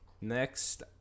next